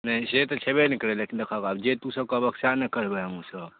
नहि से तऽ छेबे ने करै लेकिन देखहक आब जे तू सब कहबहक सएह ने करबै हमहूँ सब